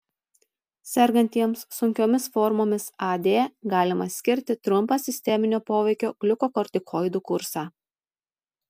sergantiems sunkiomis formomis ad galima skirti trumpą sisteminio poveikio gliukokortikoidų kursą